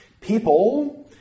People—